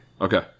okay